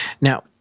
Now